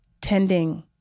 tending